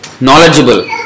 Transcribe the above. knowledgeable